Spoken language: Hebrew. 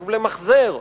חשוב למחזר,